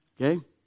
okay